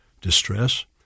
distress